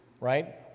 right